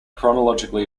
chronologically